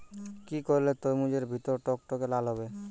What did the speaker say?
কি করলে তরমুজ এর ভেতর টকটকে লাল হবে?